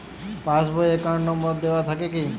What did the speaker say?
Pass বই এ account নম্বর দেওয়া থাকে কি?